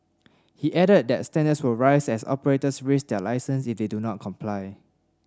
he added that standards will rise as operators risk their licence if they do not comply